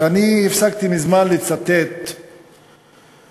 שאני הפסקתי מזמן לצטט את